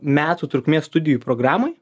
metų trukmės studijų programoj